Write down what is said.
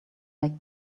make